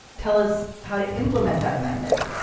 tell us how to implement that amendment.